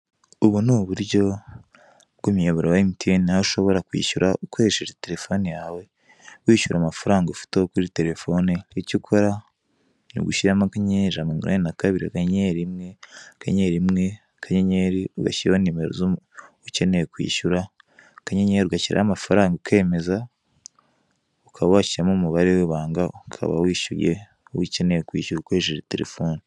Ubu ni uburyo bw'umuyoboro wa Emutiyeni, aho ushobora kwishyura ukoresheje telefoni yawe, wishyura amafaranga ufiteho kuri telefoni; icyo ukora: ni ugushyiramo akanyenyeri, ijana na mirongo inani na kabiri, akanyenyeri, rimwe, akanyenyeri, rimwe, akanyenyeri, ugashyiraho nimero z'umuntu ukeneye kwishyura, akanyenyeri, ugashyiraho amafaranga, ukemeza, ukaba washyiramo umubare w'ibanga; ukaba wishyuye uwo ukeneye kwishyura ukoresheje telefoni.